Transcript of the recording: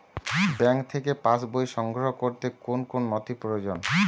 Bank থেকে passbook সংগ্রহ করতে কোন কোন নথি প্রয়োজন?